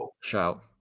Shout